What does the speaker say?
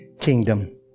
kingdom